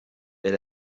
est